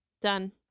done